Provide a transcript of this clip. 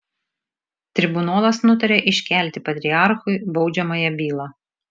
tribunolas nutaria iškelti patriarchui baudžiamąją bylą